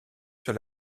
sur